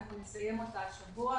אנחנו נסיים אותה השבוע,